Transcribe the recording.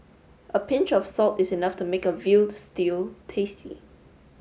a pinch of salt is enough to make a veal stew tasty